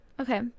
Okay